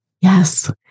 yes